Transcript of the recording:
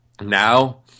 Now